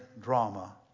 drama